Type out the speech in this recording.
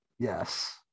Yes